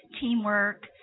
Teamwork